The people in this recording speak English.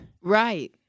Right